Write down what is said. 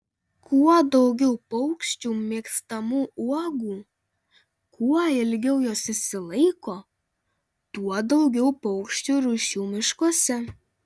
kuo daugiau paukščių mėgstamų uogų kuo ilgiau jos išsilaiko tuo daugiau paukščių rūšių miškuose